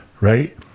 right